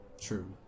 True